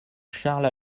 charles